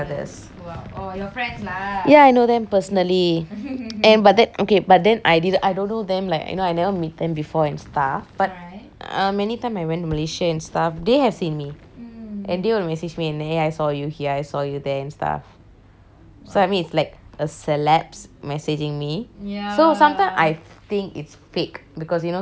ya I know them personally and but then okay but then I didn't I don't know them like you know I never meet them before and stuff but um anytime I went malaysia and stuff they have seen me and they will message me eh I saw you here I saw you there and stuff so I mean it's like a celebs messaging me so sometimes I think it's fake because you know some people just have create fake account